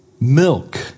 Milk